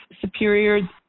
superior